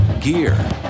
gear